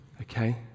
okay